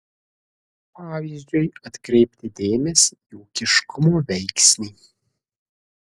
pavyzdžiui atkreipti dėmesį į ūkiškumo veiksnį